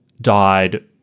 died